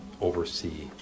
oversee